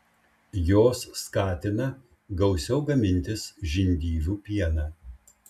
jos skatina gausiau gamintis žindyvių pieną